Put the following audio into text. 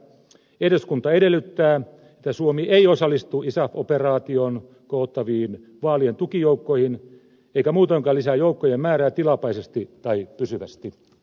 eduskunta edellyttää että suomi ei osallistu isaf operaatioon koottaviin vaalien tukijoukkoihin eikä muutoinkaan lisää joukkojen määrää tilapäisesti tai pysyvästi